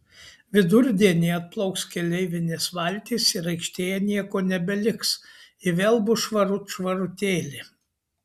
vidurdienį atplauks keleivinės valtys ir aikštėje nieko nebeliks ji vėl bus švarut švarutėlė